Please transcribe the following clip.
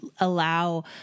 allow